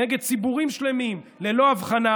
נגד ציבורים שלמים ללא הבחנה,